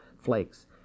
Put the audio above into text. flakes